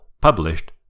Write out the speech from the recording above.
published